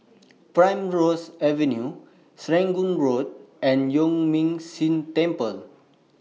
Primrose Avenue Serangoon Road and Yuan Ming Si Temple